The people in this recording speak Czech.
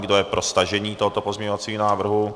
Kdo je pro stažení tohoto pozměňovacího návrhu?